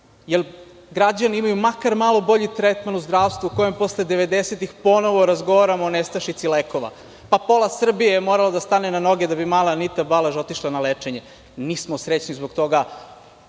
li građani imaju makar malo bolji tretman u zdravstvu, u kojem posle 90-ih ponovo razgovaramo o nestašici lekova? Pola Srbije je moralo da stane na noge da bi mala Anita Balaž otišla na lečenje. Nismo srećni zbog toga.